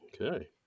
okay